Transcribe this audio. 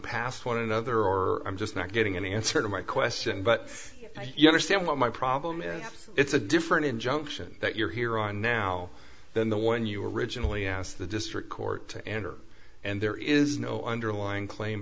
past one another or i'm just not getting any answer to my question but you understand what my problem is it's a different injunction that you're here on now than the one you originally asked the district court to enter and there is no underlying claim